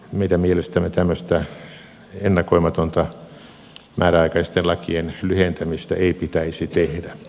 meidän mielestämme tämmöistä ennakoimatonta määräaikaisten lakien lyhentämistä ei pitäisi tehdä